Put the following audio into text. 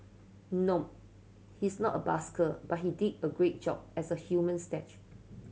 nope he's not a busker but he did a great job as a human statue